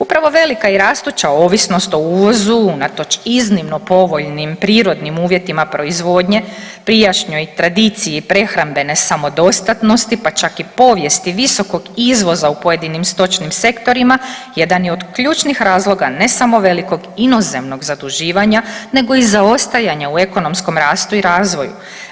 Upravo velika i rastuća ovisnost o uvozu unatoč iznimno povoljnim prirodnim uvjetima proizvodnje prijašnjoj tradiciji prehrambene samodostatnosti pa čak i povijesti visokog izvoza u pojedinim stočnim sektorima jedan je od ključnih razloga ne samo velikog inozemnog zaduživanja nego i zaostajanja u ekonomskom rastu i razvoju.